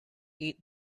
eat